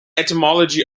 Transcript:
etymology